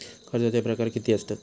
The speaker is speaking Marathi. कर्जाचे प्रकार कीती असतत?